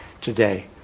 today